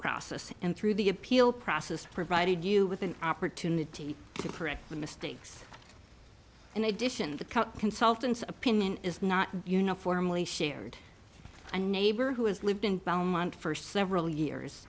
process and through the appeal process provided you with an opportunity to correct the mistakes in addition the consultants opinion is not uniformly shared a neighbor who has lived in belmont for several years